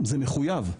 זה מחויב.